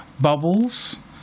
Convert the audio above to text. Bubbles